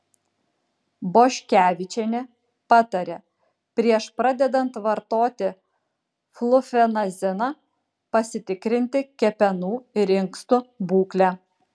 boškevičienė patarė prieš pradedant vartoti flufenaziną pasitikrinti kepenų ir inkstų būklę